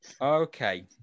Okay